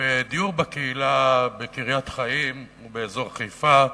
בדיור בקהילה בקריית-חיים ובאזור חיפה,